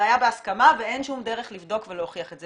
היה בהסכמה ואין שום דרך לבדוק ולהוכיח את זה.